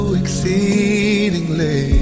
exceedingly